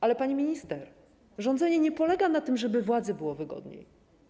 Ale pani minister, rządzenie nie polega na tym, żeby władzy było wygodniej.